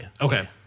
Okay